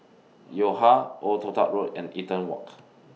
Yo Ha Old Toh Tuck Road and Eaton Walk